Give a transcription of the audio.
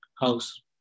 house